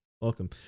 welcome